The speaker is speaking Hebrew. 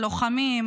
על לוחמים,